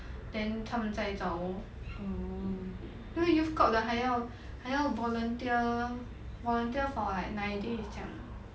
then 他们在一种 um 因为 youth corp 的还要还要 volunteer volunteer for like nine days 这样